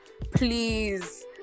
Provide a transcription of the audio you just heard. please